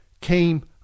came